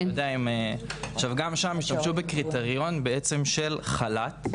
גם שם השתמשו בעצם בקריטריון של חל"ת,